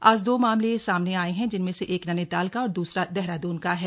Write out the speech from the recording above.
आज दो मामले सामने आये हैं जिनमें से एक नैनीताल का और दूसरा देहरादून का है